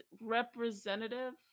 representative